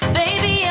baby